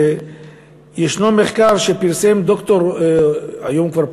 ישנו מחקר שפרסם ד"ר, היום כבר פרופסור,